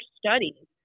studies